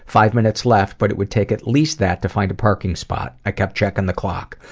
five minutes left, but it would take at least that to find a parking spot. i kept checking the clock.